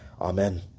Amen